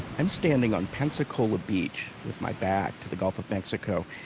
i'm standing on pensacola beach with my back to the gulf of mexico.